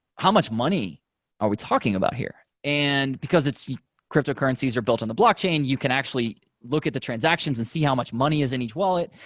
how much money are we talking about here? and because cryptocurrencies are built on the blockchain, you can actually look at the transactions and see how much money is in each wallet.